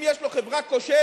אם יש לו חברה כושלת,